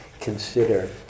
consider